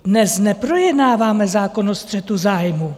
Dnes neprojednáváme zákon o střetu zájmů.